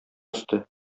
өсте